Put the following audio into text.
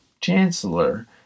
Chancellor